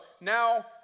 now